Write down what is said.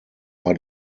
war